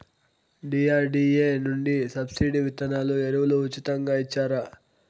DRDA నుండి subsidy విత్తనాలు ఎరువులు ఉచితంగా ఇచ్చారా?